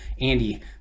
Andy